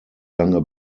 lange